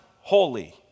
holy